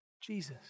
Jesus